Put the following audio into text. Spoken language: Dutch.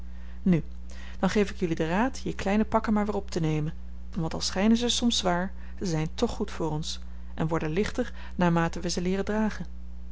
nu dan geef ik jullie den raad je kleine pakken maar weer op te nemen want al schijnen ze soms zwaar ze zijn toch goed voor ons en worden lichter naarmate we ze leeren dragen